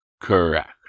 Correct